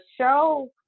show